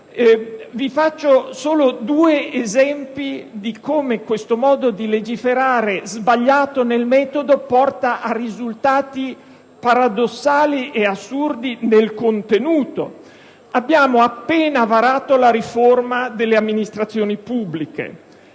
Farò solo due esempi di come questo modo di legiferare sbagliato nel metodo porti a risultati paradossali e assurdi nel contenuto: abbiamo appena varato la riforma delle amministrazioni pubbliche;